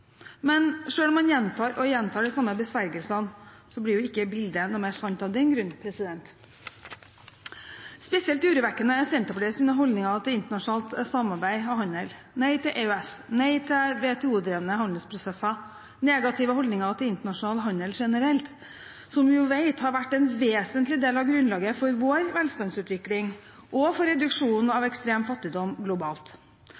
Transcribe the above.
Men selv om man gjentar og gjentar de samme besvergelsene, blir jo ikke bildet noe mer sant av den grunn. Spesielt urovekkende er Senterpartiets holdninger til internasjonalt samarbeid og handel – nei til EØS, nei til WTO-drevne handelsprosesser. Det er negative holdninger til internasjonal handel generelt, som vi jo vet har vært en vesentlig del av grunnlaget for vår velstandsutvikling og for reduksjon av